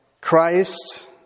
Christ